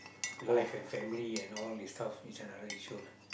life and family and all this stuff it's a another issue lah